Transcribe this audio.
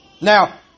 Now